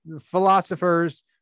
Philosophers